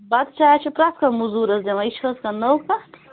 بَتہٕ چاے چھ پرٮ۪تھ کانٛہہ موٚزوٗرَس دِوان یہ چھ حظ کانٛہہ نٔو کتھ